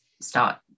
start